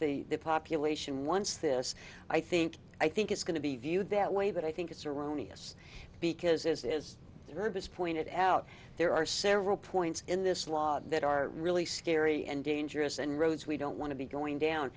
not the population once this i think i think it's going to be viewed that way but i think it's erroneous because this is the purpose pointed out there are several points in this law that are really scary and dangerous and roads we don't want to be going down